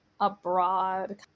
abroad